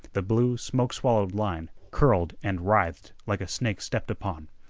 the blue smoke-swallowed line curled and writhed like a snake stepped upon.